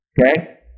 Okay